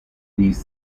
these